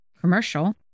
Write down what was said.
commercial